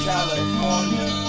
California